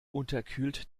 unterkühlt